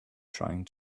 trying